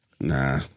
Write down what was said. Nah